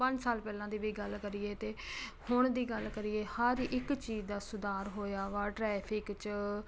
ਪੰਜ ਸਾਲ ਪਹਿਲਾਂ ਦੀ ਵੀ ਗੱਲ ਕਰੀਏ ਅਤੇ ਹੁਣ ਦੀ ਗੱਲ ਕਰੀਏ ਹਰ ਇੱਕ ਚੀਜ਼ ਦਾ ਸੁਧਾਰ ਹੋਇਆ ਵਾ ਟਰੈਫਿਕ 'ਚ